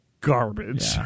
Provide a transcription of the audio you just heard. garbage